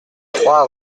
trois